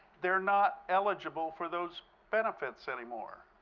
they are not eligible for those benefits anymore.